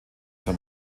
für